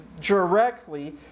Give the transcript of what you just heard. directly